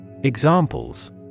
Examples